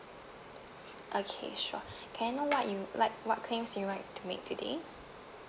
okay sure can I know what you like what claims do you like to make today